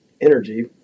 energy